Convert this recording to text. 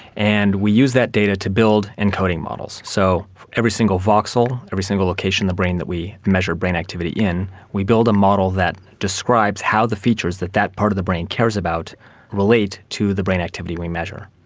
and we use that data to build encoding models. so every single voxel, every single location in the brain that we measure brain activity in, we build a model that describes how the features that that part of the brain cares about relate to the brain activity we measure.